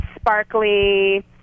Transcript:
sparkly